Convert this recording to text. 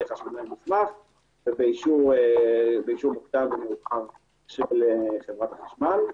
חשמלאי מוסמך ובאישור --- של חברת החשמל.